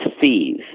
fees